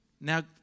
Now